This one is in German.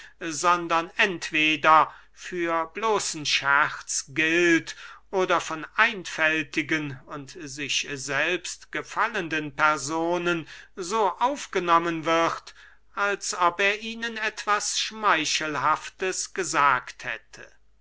sondern entweder für bloßen scherz gilt oder von einfältigen und sich selbst gefallenden personen so aufgenommen wird als ob er ihnen etwas schmeichelhaftes gesagt hätte